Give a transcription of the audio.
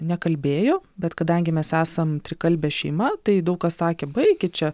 nekalbėjo bet kadangi mes esam trikalbė šeima tai daug kas sakė baikit čia